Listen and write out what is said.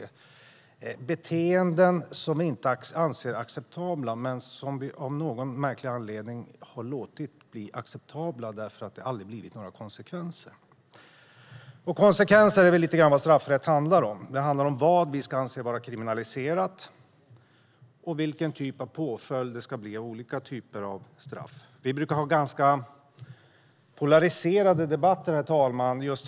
Det handlar om beteenden som inte anses acceptabla men som vi av någon märklig anledning har låtit bli acceptabla, eftersom det aldrig har lett till några konsekvenser. Straffrätt handlar om konsekvenser, vad vi anser ska vara kriminaliserat och vilken typ av påföljd och straff det ska bli. Herr talman! Vi brukar ha ganska polariserade debatter här i kammaren.